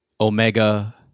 Omega